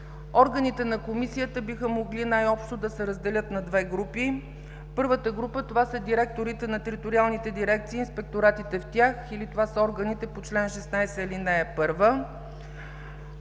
Органите на Комисията биха могли най-общо да се разделят на две групи. Първата – това са директорите на териториалните дирекции и инспекторатите в тях, или това са органите по чл. 16, ал. 1.